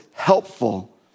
Helpful